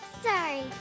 Sorry